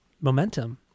momentum